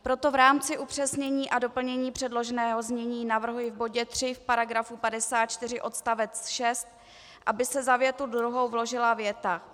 Proto v rámci upřesnění a doplnění předloženého znění navrhuji v bodě 3 v § 54 odst. 6, aby se za větu druhou vložila věta: